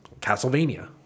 Castlevania